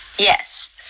Yes